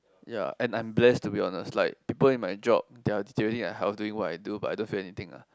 ya and I'm blessed to be honest like people in job they are deteriorating their health doing what I do but I don't feel anything lah